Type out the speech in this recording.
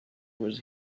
was